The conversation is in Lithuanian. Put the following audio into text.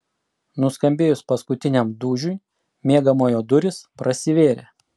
nuskambėjus paskutiniam dūžiui miegamojo durys prasivėrė